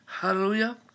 Hallelujah